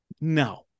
No